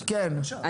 בסדר,